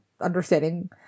understanding –